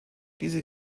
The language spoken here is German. diese